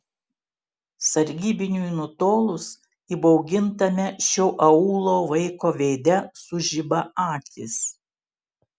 sargybiniui nutolus įbaugintame šio aūlo vaiko veide sužiba akys